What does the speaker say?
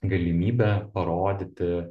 galimybė parodyti